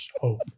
hope